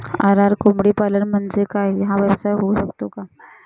RR कोंबडीपालन म्हणजे काय? हा व्यवसाय होऊ शकतो का?